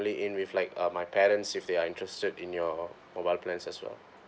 ~ly in with like uh my parents if they are interested in your mobile plans as well